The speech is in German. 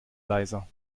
leiser